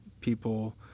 people